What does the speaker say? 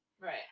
Right